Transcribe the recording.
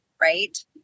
right